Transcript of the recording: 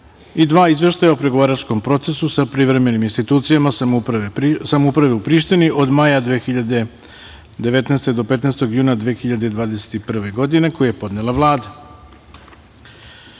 Izveštaj o pregovaračkom procesu sa privremenim institucijama samouprave u Prištini od maja 2019. do 15. juna 2021. godine, koji je podnela